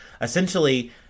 Essentially